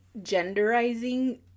genderizing